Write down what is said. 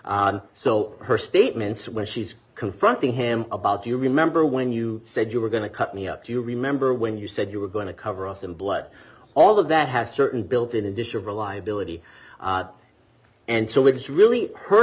so her statements when she's confronting him about you remember when you said you were going to cut me up do you remember when you said you were going to cover us in blood all of that has certain built in addition of reliability and so it is really her